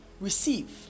receive